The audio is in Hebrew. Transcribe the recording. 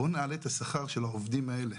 בואו נעלה את השכר של העובדים האלה.